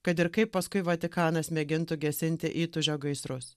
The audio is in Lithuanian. kad ir kaip paskui vatikanas mėgintų gesinti įtūžio gaisrus